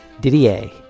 didier